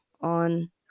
on